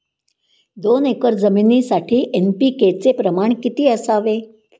दोन एकर जमिनीसाठी एन.पी.के चे प्रमाण किती असावे?